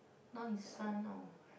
not his son or